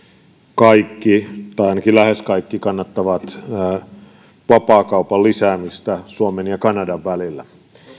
kaikki tai ainakin lähes kaikki kannattavat vapaakaupan lisäämistä suomen ja kanadan välillä